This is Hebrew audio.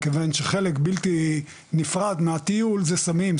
מכיוון שחלק בלתי נפרד מהטיול זה סמים,